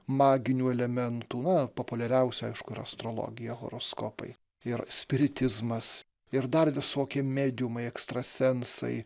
maginių elementų na populiariausia aišku yra astrologija horoskopai ir spiritizmas ir dar visokie mediumai ekstrasensai